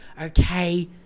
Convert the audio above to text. Okay